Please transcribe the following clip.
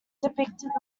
depicted